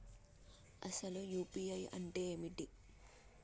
అసలు యూ.పీ.ఐ అంటే ఏమిటి?